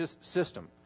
system